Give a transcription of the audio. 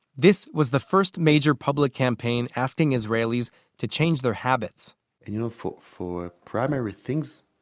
this was the first major public campaign asking israelis to change their habits and you know for for primary things,